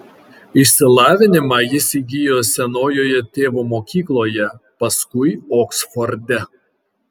išsilavinimą jis įgijo senojoje tėvo mokykloje paskui oksforde